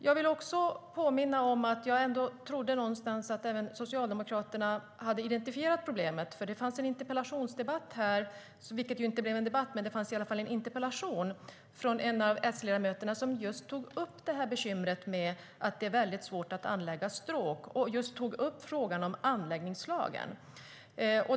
Jag vill också påminna om att jag ändå trodde att även Socialdemokraterna hade identifierat problemet, för det fanns en interpellation, vilken det ju inte blev någon debatt om, från en av S-ledamöterna som tog upp just bekymret med att anlägga stråk och tog upp frågan om anläggningslagen.